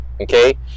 Okay